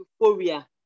euphoria